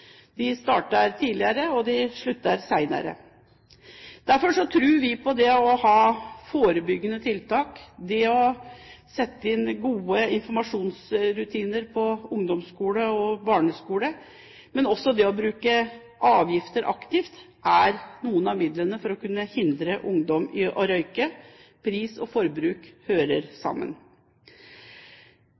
De starter tidligere, og de slutter senere. Derfor tror vi på det å ha forebyggende tiltak og det å sette inn gode informasjonsrutiner på ungdomsskole og i barneskole, men også det å bruke avgifter aktivt er noen av midlene for å hindre ungdom i å røyke. Pris og forbruk hører sammen.